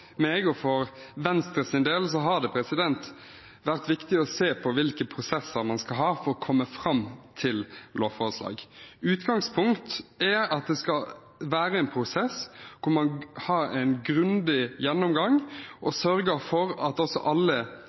meg og for Venstre har det vært viktig å se på hvilke prosesser man skal ha for å komme fram til et lovforslag. Utgangspunktet er at det skal være en prosess der man har en grundig gjennomgang og sørger for at alle